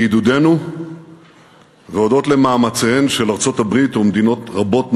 בעידודנו והודות למאמציהן של ארצות-הברית ומדינות רבות נוספות,